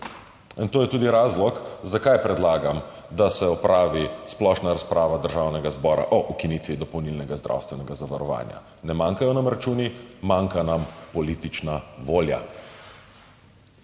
To je tudi razlog, zakaj predlagam, da se opravi splošna razprava Državnega zbora o ukinitvi dopolnilnega zdravstvenega zavarovanja. Ne manjkajo nam računi, manjka nam politična volja.